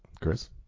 Chris